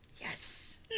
Yes